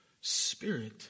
Spirit